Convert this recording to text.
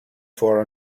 for